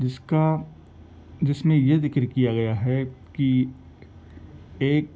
جس کا جس میں یہ ذکر کیا گیا ہے کہ ایک